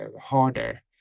harder